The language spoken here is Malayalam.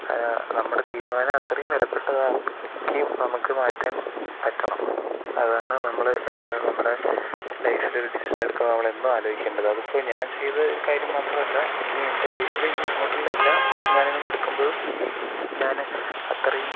നമ്മുടെ തീരുമാനം അത്രയും വിലപ്പെട്ടതാക്കിയും നമുക്ക് മാറ്റാൻ പറ്റണം അതാണ് നമ്മൾ നമ്മുടെ ലൈഫിൽ ഒരു ഡിസിഷൻ എടുക്കുമ്പോൾ നമ്മൾ എന്നും ആലോചിക്കേണ്ടത് അത് ഇപ്പോൾ ഞാൻ ചെയ്ത ഒരു കാര്യം മാത്രമല്ല ഇനി എൻ്റെ ലൈഫിൽ ഇനി അങ്ങോട്ടുള്ള എല്ലാ തീരുമാനങ്ങൾ എടുക്കുമ്പോഴും ഞാൻ അത്രയും